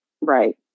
Right